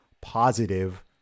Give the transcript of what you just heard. positive